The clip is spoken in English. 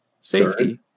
Safety